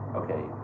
okay